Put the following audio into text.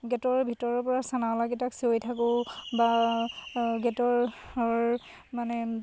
গেটৰ ভিতৰৰপৰা চানাঅলাকেইটাক চিঞৰি থাকোঁ বা গেটৰ মানে